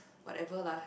whatever lah